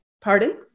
Pardon